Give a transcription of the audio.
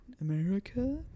America